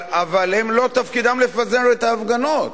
אבל הם, לא תפקידם לפזר את ההפגנות.